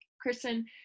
Kristen